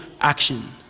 action